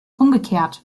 umgekehrt